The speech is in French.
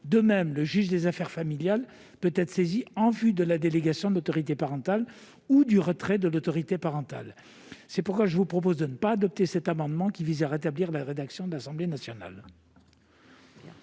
De même, le juge aux affaires familiales peut être saisi en vue de la délégation de l'autorité parentale ou de son retrait. C'est pourquoi je vous propose de ne pas adopter cet amendement visant à rétablir la rédaction de l'Assemblée nationale.